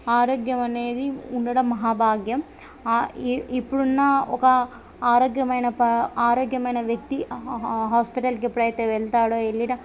ఆరోగ్యం అనేది ఉండడం మహాభాగ్యం ఇప్పుడున్న ఒక ఆరోగ్యమైన పా ఆరోగ్యమైన వ్యక్తి హా హాస్పిటల్కి ఎప్పుడైతే వెళ్తాడో ఎళ్ళిన